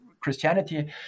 Christianity